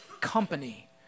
company